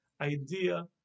idea